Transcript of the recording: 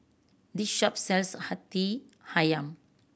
this shop sells Hati Ayam